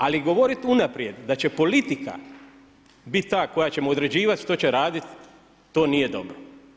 Ali govoriti unaprijed da će politika biti ta koje će mu određivati što će raditi, to nije dobro.